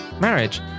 marriage